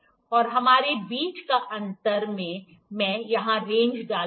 और हमारे बीच का अंतर मैं यहां रेंज डालूंगा